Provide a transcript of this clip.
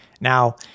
Now